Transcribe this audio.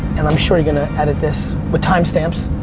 and i'm sure you're going to edit this with time stamps,